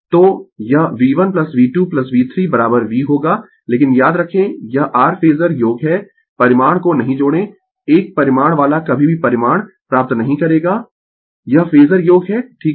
तो यह V1 V2V3 V होगा लेकिन याद रखें यह r फेजर योग है परिमाण को नहीं जोड़ें एक परिमाण वाला कभी भी परिणाम प्राप्त नहीं करेगा यह फेजर योग है ठीक है